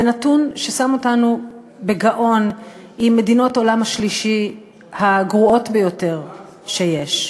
זה נתון ששם אותנו בגאון עם מדינות העולם השלישי הגרועות ביותר שיש.